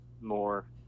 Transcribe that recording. more